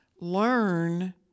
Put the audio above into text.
learn